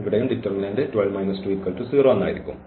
ഇവിടെയും ഡിറ്റർമിനന്റ് 12 120 ആയിരിക്കും